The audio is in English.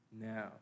now